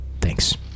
Thanks